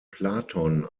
platon